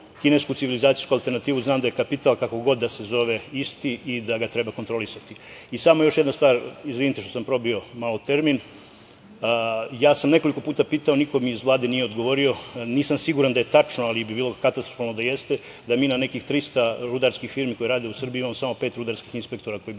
kinesku civilizacijsku alternativu, znam da je kapital, kako god da se zove, isti i da ga treba kontrolisati. Samo još jedna stvar, izvinite što sam probio malo termin, ja sam nekoliko puta pitao, a niko mi iz Vlade nije odgovorio, nisam siguran da li je tačno, ali bi bilo katastrofalno da jeste, da mi na nekih 300 rudarskih firmi koje rade u Srbiji imamo samo pet rudarskih inspektora koji bi